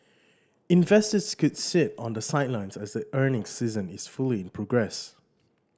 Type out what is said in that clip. investors could sit on the sidelines as the earnings season is fully in progress